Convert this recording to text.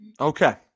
Okay